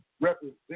represent